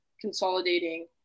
consolidating